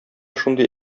шундый